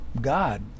God